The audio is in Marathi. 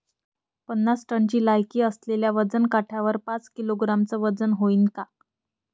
पन्नास टनची लायकी असलेल्या वजन काट्यावर पाच किलोग्रॅमचं वजन व्हईन का?